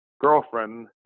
girlfriend